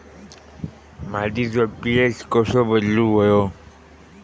मातीचो पी.एच कसो बदलुक होयो?